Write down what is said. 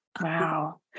Wow